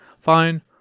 fine